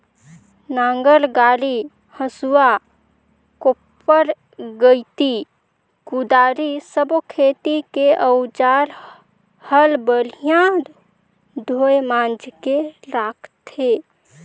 नांगर डांडी, हसुआ, कोप्पर गइती, कुदारी सब्बो खेती के अउजार हल बड़िया धोये मांजके राखथे